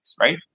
right